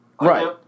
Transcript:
Right